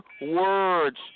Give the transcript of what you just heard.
words